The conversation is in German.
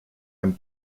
ein